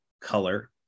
color